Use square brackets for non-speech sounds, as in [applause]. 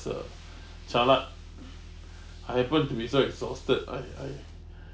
uh jialat I happened to be so exhausted I I [breath]